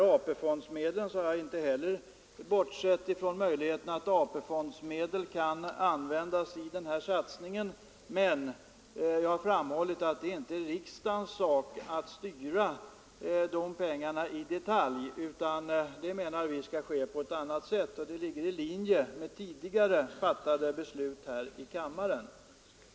Jag har inte heller bortsett från möjligheten att AP-fondsmedel kan användas i denna satsning, men jag har framhållit att det inte är riksdagens sak att styra de pengarna i detalj. Det menar vi skall ske på annat sätt, och det ligger i linje med tidigare fattade beslut i kammaren.